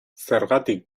zergatik